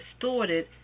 distorted